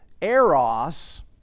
Eros